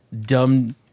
dumb